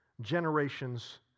generations